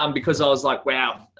um because i was like, wow,